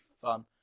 fun